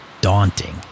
daunting